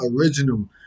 original